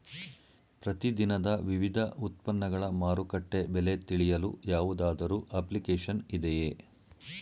ಪ್ರತಿ ದಿನದ ವಿವಿಧ ಉತ್ಪನ್ನಗಳ ಮಾರುಕಟ್ಟೆ ಬೆಲೆ ತಿಳಿಯಲು ಯಾವುದಾದರು ಅಪ್ಲಿಕೇಶನ್ ಇದೆಯೇ?